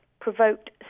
provoked